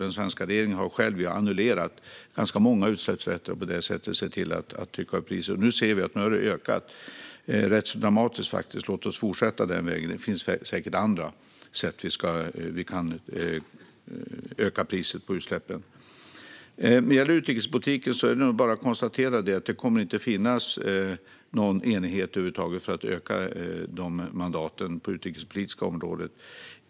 Den svenska regeringen har själv annullerat ganska många utsläppsrätter och på det sättet sett till att trycka upp priset. Nu ser vi att priset har ökat rätt dramatiskt. Låt oss fortsätta på den vägen, även om det säkert också finns andra sätt att öka priset på utsläppen. När det gäller utrikespolitiken är det nog bara att konstatera att det inte kommer att finns någon enighet över huvud taget för att öka mandaten på det utrikespolitiska området.